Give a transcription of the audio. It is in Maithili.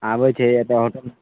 आबय छै एतऽ होटल